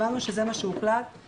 במודל הקודם